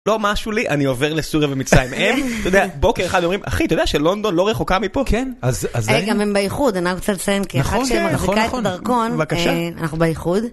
לא משהו לי, אני עובר לסוריה ומצרים. הם, אתה יודע, בוקר אחד אומרים, אחי, אתה יודע שלונדון לא רחוקה מפה, כן? גם הם באיחוד, אני רק רוצה לציין כי כאחת שמחזיקה את הדרכון. בבקשה. אנחנו באיחוד.